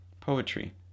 Poetry